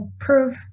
approve